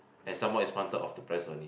and someone is wanted of the press only